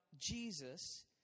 Jesus